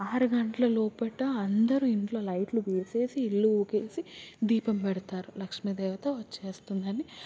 ఆరు గంటల లోపల అందరు ఇంట్లో లైట్లు తీసేసి ఇల్లు ఉకేసి దీపం పెడతారు లక్ష్మి దేవత వచ్చేస్తుందని